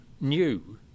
new